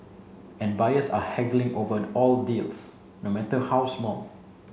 and buyers are haggling over all deals no matter how small